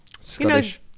Scottish